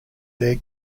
their